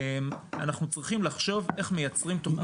אנחנו צריכים לחשוב איך מייצרים תוכנית לאומית.